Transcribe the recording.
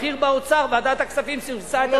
בכיר באוצר: ועדת הכספים סירסה את התוכנית של שטייניץ.